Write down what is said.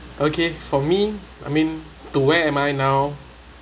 okay for me I mean to where am I now